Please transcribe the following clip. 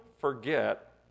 forget